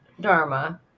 dharma